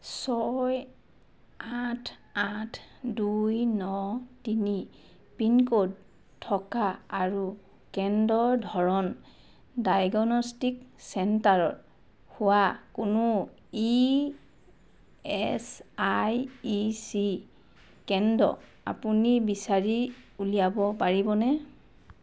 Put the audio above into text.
ছয় আঠ আঠ দুই ন তিনি পিন ক'ড থকা আৰু কেন্দ্ৰৰ ধৰণ ডায়েগনষ্টিক চেণ্টাৰৰ হোৱা কোনো ইএচআইইচি কেন্দ্ৰ আপুনি বিচাৰি উলিয়াব পাৰিবনে